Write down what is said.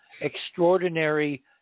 extraordinary